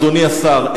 אדוני השר,